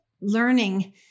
learning